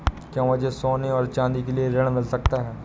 क्या मुझे सोने और चाँदी के लिए ऋण मिल सकता है?